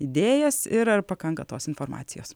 idėjas ir ar pakanka tos informacijos